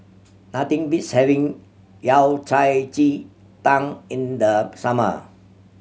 nothing beats having Yao Cai ji tang in the summer